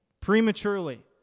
prematurely